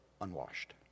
unwashed